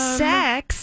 sex